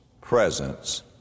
presence